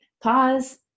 pause